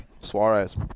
Suarez